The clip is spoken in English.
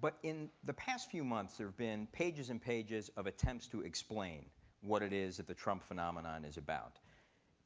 but in the past few months there have been pages and pages of attempts to explain what it is that the trump phenomenon is about